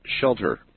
shelter